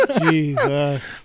Jesus